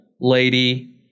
lady